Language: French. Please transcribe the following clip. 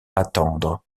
attendre